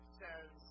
says